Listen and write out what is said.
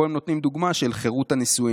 פה הם נותנים דוגמה של חירות הנישואין.